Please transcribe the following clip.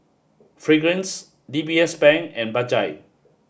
fragrance D B S Bank and Bajaj